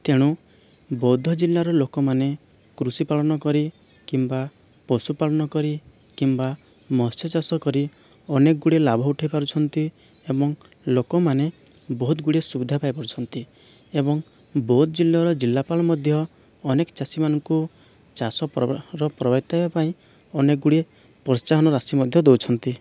ତେଣୁ ବୌଦ୍ଧ ଜିଲ୍ଲାର ଲୋକମାନେ କୃଷିପାଳନ କରି କିମ୍ବା ପଶୁପାଳନ କରି କିମ୍ବା ମତ୍ସ୍ୟଚାଷ କରି ଅନେକଗୁଡ଼ିଏ ଲାଭ ଉଠାଇପାରୁଛନ୍ତି ଏବଂ ଲୋକମାନେ ବହୁତଗୁଡ଼ିଏ ସୁବିଧା ପାଇପାରୁଛନ୍ତି ଏବଂ ବୌଦ୍ଧ ଜିଲ୍ଲାର ଜିଲ୍ଲାପାଳ ମଧ୍ୟ ଅନେକ ଚାଷୀମାନଙ୍କୁ ଚାଷ ପ୍ରବର୍ତ୍ତାଇବା ପାଇଁ ଅନେକଗୁଡ଼ିଏ ପ୍ରୋତ୍ସାହନ ରାଶି ମଧ୍ୟ ଦେଉଛନ୍ତି